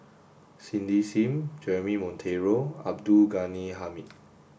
Cindy Sim Jeremy Monteiro Abdul Ghani Hamid